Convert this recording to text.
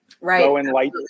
Right